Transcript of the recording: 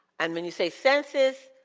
and when you say census,